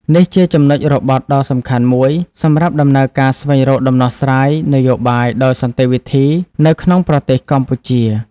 នេះជាចំណុចរបត់ដ៏សំខាន់មួយសម្រាប់ដំណើរការស្វែងរកដំណោះស្រាយនយោបាយដោយសន្តិវិធីនៅក្នុងប្រទេសកម្ពុជា។